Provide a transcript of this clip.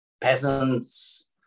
peasants